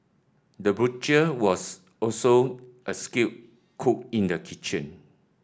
the butcher was also a skilled cook in the kitchen